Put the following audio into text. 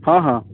हाँ हाँ